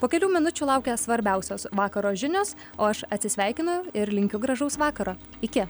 po kelių minučių laukia svarbiausios vakaro žinios o aš atsisveikinu ir linkiu gražaus vakaro iki